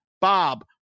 Bob